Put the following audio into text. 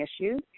issues